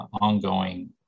ongoing